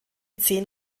zehn